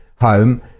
home